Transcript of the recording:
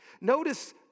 notice